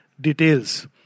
details